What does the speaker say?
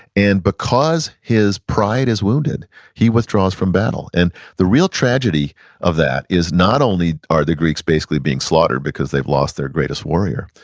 and because his pride his wounded he withdraws from battle. and the real tragedy of that is not only are the greeks being slaughtered because they've lost their greatest warrior,